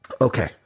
Okay